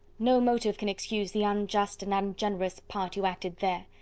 no motive can excuse the unjust and ungenerous part you acted there.